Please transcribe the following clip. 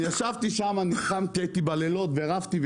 אני ישבתי שם, נלחמתי, הייתי בלילות ורבתי.